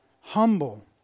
Humble